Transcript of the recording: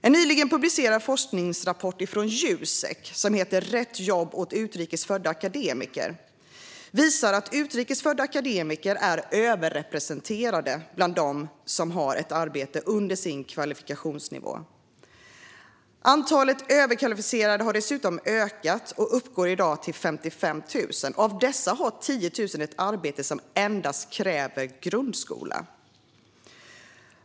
En nyligen publicerad forskningsrapport från Jusek - Rätt jobb åt utrikes födda akademiker - visar att utrikes födda akademiker är överrepresenterade bland dem som har ett arbete under sin kvalifikationsnivå. Antalet överkvalificerade har dessutom ökat och uppgår i dag till 55 000. Av dessa har 10 000 ett arbete som endast kräver grundskola.